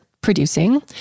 producing